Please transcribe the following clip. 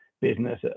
Business